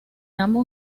ambos